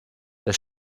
der